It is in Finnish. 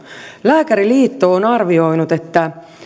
lääkäriliitto on arvioinut että